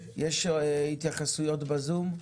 בקשה,